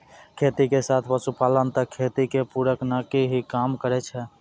खेती के साथ पशुपालन त खेती के पूरक नाकी हीं काम करै छै